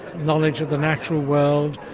knowledge of the natural world,